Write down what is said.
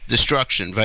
Destruction